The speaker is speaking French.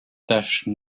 taches